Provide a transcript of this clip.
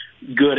good